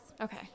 Okay